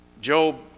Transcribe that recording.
Job